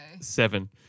Seven